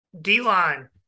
D-line